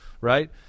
right